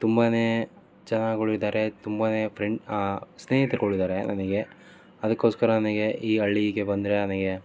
ತುಂಬಾ ಜನಗಳು ಇದ್ದಾರೆ ತುಂಬಾ ಫ್ರೆಂಡ್ ಸ್ನೇಹಿತರುಗಳು ಇದ್ದಾರೆ ನನಗೆ ಅದಕ್ಕೋಸ್ಕರ ನನಗೆ ಈ ಹಳ್ಳೀಗೆ ಬಂದರೆ ನನಗೆ